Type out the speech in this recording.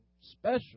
special